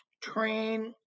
train